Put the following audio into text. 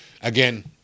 again